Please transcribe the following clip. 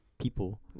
people